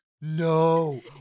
No